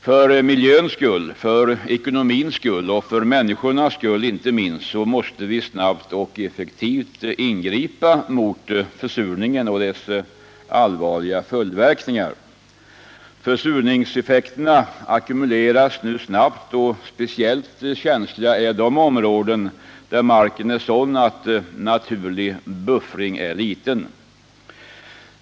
För miljöns skull, för ekonomins skull och inte minst för människornas skull måste vi snabbt och effektivt ingripa mot försurningen och dess allvarliga följdverkningar. Försurningseffekterna ackumuleras nu snabbt, och speciellt känsliga är de områden där marken är sådan att naturlig buffring är liten.